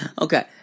Okay